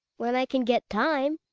when i can get time.